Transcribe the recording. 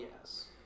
yes